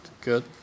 Good